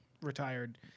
retired